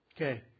Okay